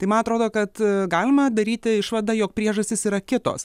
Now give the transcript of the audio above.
tai man atrodo kad galima daryti išvadą jog priežastys yra kitos